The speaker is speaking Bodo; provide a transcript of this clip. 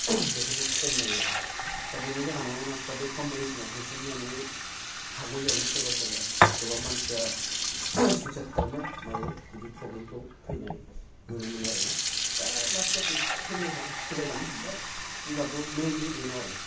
बेफोरखौ खम नायो आरो बेनि जाहोनावनो मानसिफ्रा बे कमपदिसन आव होसोनानै हाग'यैयावनो सोरबा सोरबा गोबां मानसिया सुइसाइद खालामो मायो बिदि प्रब्लेम खौ फैनाय नुनो मोनो आरो ना दा लासै लासै सो सोलायलांनो हमबाय होनबाबो मेनलि बेनो आरो